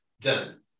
Done